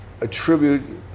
attribute